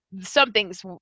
something's